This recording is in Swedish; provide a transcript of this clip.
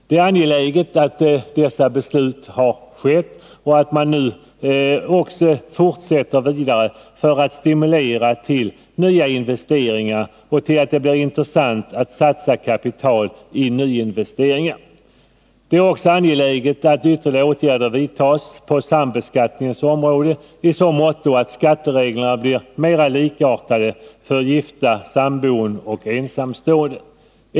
Det är värdefullt att dessa beslut har fattats, och det är angeläget att man nu också fortsätter att stimulera till nya investeringar, att se till att det blir intressant att satsa kapital i nyinvesteringar. Det är också angeläget att ytterligare åtgärder vidtas på sambeskattningsområdet så att skattereglerna blir mera likartade för gifta, samboende och ensamstående.